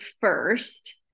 first